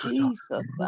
Jesus